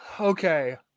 Okay